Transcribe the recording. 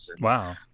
Wow